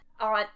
on